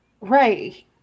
Right